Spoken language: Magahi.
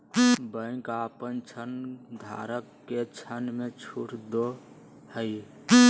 बैंक अपन ऋणधारक के ऋण में छुट दो हइ